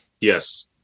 Yes